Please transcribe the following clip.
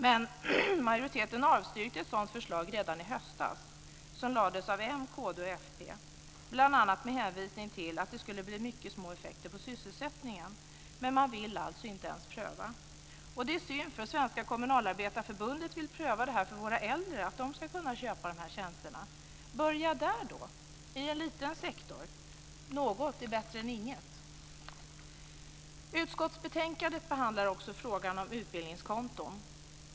Men majoriteten avslog ett sådant förslag redan i höstas som lades fram av moderaterna, kristdemokraterna och folkpartisterna, bl.a. med hänvisning till att det skulle bli mycket små effekter på sysselsättningen, men man vill alltså inte ens pröva det. Det är synd, eftersom Svenska kommunalarbetareförbundet vill pröva detta för våra äldre, att de ska kunna köpa dessa tjänster. Man kan väl börja där? Det är en liten sektor. Något är bättre än inget. I utskottsbetänkandet behandlas också frågan om utbildningskonton.